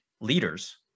leaders